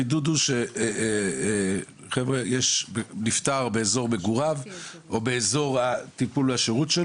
החידוד הוא שאם יש נפטר באזור מגוריו אז הוא אמור